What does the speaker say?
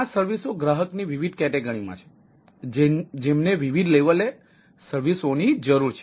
આ સર્વિસઓ ગ્રાહકની વિવિધ કેટેગરીમાં છે જેમને વિવિધ લેવલે સર્વિસઓની જરૂર છે